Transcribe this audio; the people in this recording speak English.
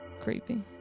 creepy